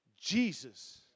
Jesus